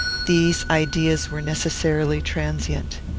these ideas were necessarily transient.